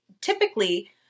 typically